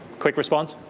quick response.